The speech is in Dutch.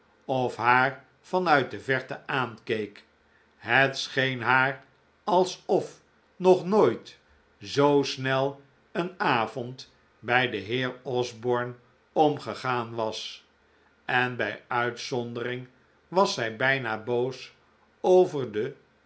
of haar van uit de verte aankeek het scheen haar alsof nog nooit zoo snel een avond bij den heer osborne omgegaan was en bij uitzondering was zij bijna boos over de